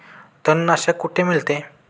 तणनाशक कुठे मिळते?